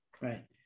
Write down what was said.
Right